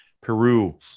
Peru